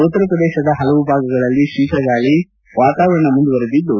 ಉತ್ತರ ಪ್ರದೇಶದ ಹಲವು ಭಾಗಗಳಲ್ಲಿ ಶೀತಗಾಳಿ ವಾತಾವರಣ ಮುಂದುವರೆದಿದ್ದು